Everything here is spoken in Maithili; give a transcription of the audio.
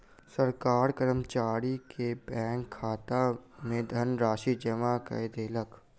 सरकार कर्मचारी के बैंक खाता में धनराशि जमा कय देलक